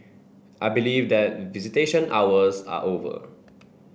I believe that visitation hours are over